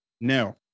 no